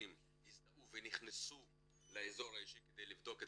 עולים הזדהו ונכנסו לאזור האישי כדי לבדוק את